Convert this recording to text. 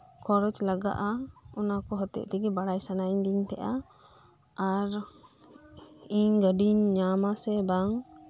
ᱠᱷᱚᱨᱚᱡ ᱞᱟᱜᱟᱜ ᱟ ᱚᱱᱟᱠᱩ ᱦᱚᱛᱮᱜ ᱛᱮᱜᱤ ᱵᱟᱲᱟᱭ ᱥᱟᱱᱟᱭ ᱫᱤᱧ ᱛᱟᱦᱮᱸᱜ ᱟ ᱟᱨ ᱤᱧ ᱜᱟᱹᱰᱤᱧ ᱧᱟᱢ ᱟᱥᱮ ᱵᱟᱝ